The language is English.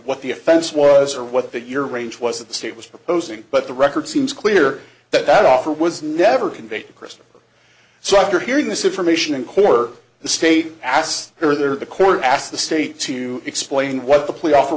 what the offense was or what the year range was that the state was proposing but the record seems clear that that offer was never convicted chris so after hearing this information in core the state asked her the court asked the state to explain what the plea off